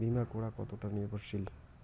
বীমা করা কতোটা নির্ভরশীল?